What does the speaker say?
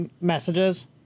messages